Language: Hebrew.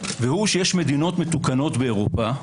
שיש מדינות מתוקנות באירופה,